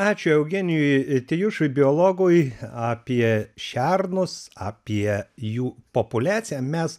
ačiū eugenijui tijušui biologui apie šernus apie jų populiaciją mes